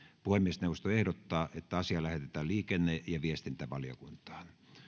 puhemiesneuvosto ehdottaa että asia lähetetään liikenne ja viestintävaliokuntaan